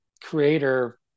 creator